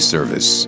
Service